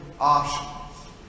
options